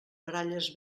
baralles